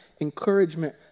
encouragement